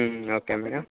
okay madam